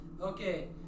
Okay